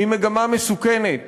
היא מגמה מסוכנת